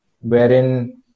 wherein